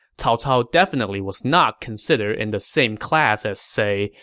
cao cao definitely was not considered in the same class as, say,